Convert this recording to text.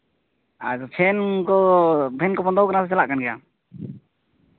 ᱟᱨ fan ᱠᱚ fan ᱠᱚ ᱵᱚᱱᱫᱚ ᱠᱟᱱᱟᱥᱮ ᱪᱟᱞᱟᱜ ᱠᱟᱱ ᱜᱮᱭᱟ